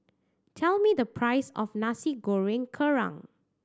tell me the price of Nasi Goreng Kerang